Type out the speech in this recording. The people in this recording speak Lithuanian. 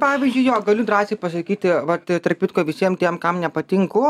pavyzdžiui jo galiu drąsiai pasakyt vat tarp kitko visiem tiem kam nepatinku